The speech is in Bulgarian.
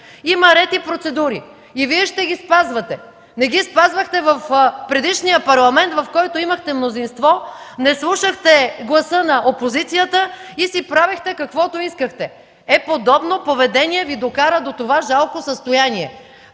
Има ред и процедури и Вие ще ги спазвате. Не ги спазвахте в предишния Парламент, в който имахте мнозинство, не слушахте гласа на опозицията и си правехте, каквото искахте. Е, подобно поведение Ви докара до това жалко състояние.